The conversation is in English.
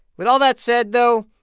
with all that said, though,